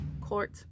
court